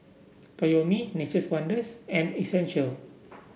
Toyomi Nature's Wonders and Essential